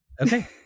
Okay